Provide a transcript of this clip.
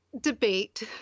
debate